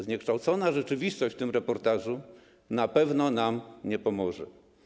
Zniekształcenie rzeczywistości w tym reportażu na pewno nam nie pomoże.